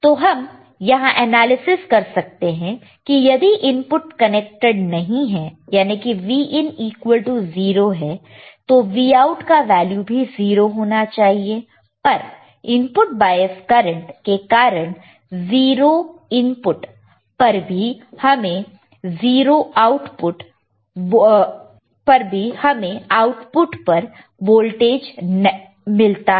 तो हम यहां एनालिसिस कर सकते हैं कि यदि इनपुट कनेक्टेड नहीं है याने की Vin इक्वल टू 0 है तो Vout का वैल्यू भी 0 होना चाहिए पर input bias current input bias current के कारण 0 इनपुट पर भी हमें आउटपुट पर वोल्टेज मिलता है